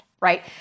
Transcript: right